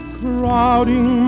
crowding